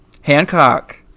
hancock